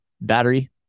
battery